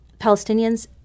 Palestinians